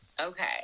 Okay